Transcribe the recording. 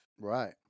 right